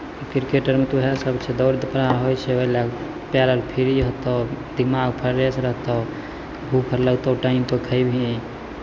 cricket अरमे तऽ उएहसभ छै दौड़ धूप होइ छै ओहि लए पएर अर फ्री होतौ दिमाग फ्रेश रहतौ भूख अर लगतौ टाइमपर खयबिही